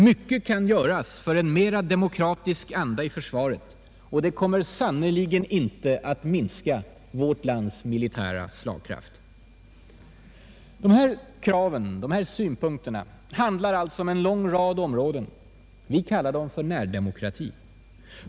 Mycket kan göras för en mera demokratisk anda i försvaret, och det kommer sannerligen inte att minska vårt lands militära slagkraft. De här synpunkterna och kraven handlar alltså om en lång rad områden. Vi kallar dem för närdemokrati.